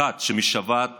אחת, שמשוועת